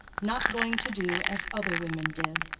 not going to do as other women did.